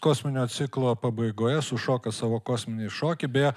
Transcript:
kosminio ciklo pabaigoje sušoka savo kosminį šokį beje